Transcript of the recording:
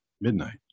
Midnight